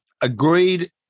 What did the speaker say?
Agreed